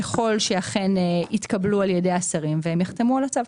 ככל שאכן יתקבלו על ידי השרים והם יתחמו על הצו.